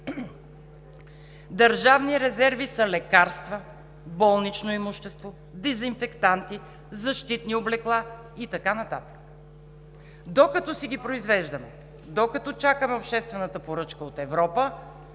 „Държавни резерви са лекарства, болнично имущество, дезинфектанти, защитни облекла и така нататък“. Докато си ги произвеждаме, докато чакаме обществената поръчка от Европа,